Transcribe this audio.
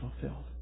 fulfilled